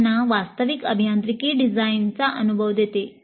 हे त्यांना वास्तविक अभियांत्रिकी डिझाइनचा अनुभव देते